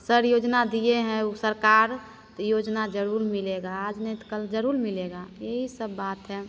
sir योजना दिए हैं वह सरकार योजना ज़रूर मिलेगी आज नहीं तो कल जरूर मिलेगी यही सब बात है